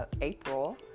April